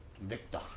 Victor